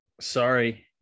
sorry –